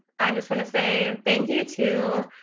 i just want to say thank you to